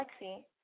Alexi